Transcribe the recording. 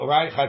Right